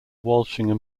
walsingham